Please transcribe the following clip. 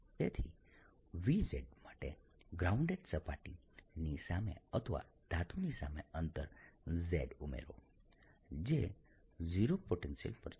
તેથી V માટે grounded સપાટી ની સામે અથવા ધાતુની સામે અંતર z ઉમેરો જે 0 પોટેન્શિયલ પર છે